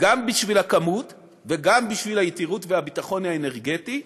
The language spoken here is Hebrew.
גם בשביל הכמות וגם בשביל היתירות והביטחון האנרגטי,